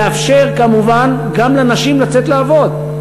יאפשר כמובן גם לנשים לצאת לעבוד.